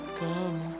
come